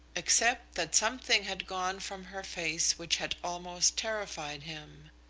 except that something had gone from her face which had almost terrified him.